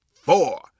four